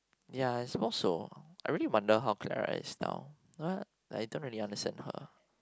ya I suppose so I really wonder how Clara is now but I really don't understand her